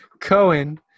Cohen